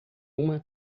uma